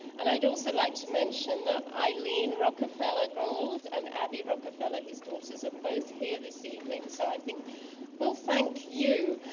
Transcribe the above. and i'd also like to mention that eileen rockefeller growald and abby rockefeller, his daughters are both here this evening. so i think we'll thank you